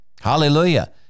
Hallelujah